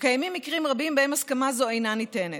וקיימים מקרים רבים שבהם הסכמה זו אינה ניתנת.